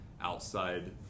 outside